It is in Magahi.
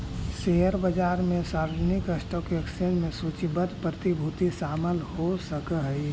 शेयर बाजार में सार्वजनिक स्टॉक एक्सचेंज में सूचीबद्ध प्रतिभूति शामिल हो सकऽ हइ